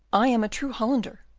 i am a true hollander,